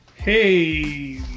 Hey